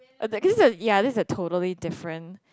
oh that case yea that is a totally different